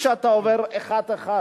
כשאתה עובר אחד-אחד,